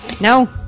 No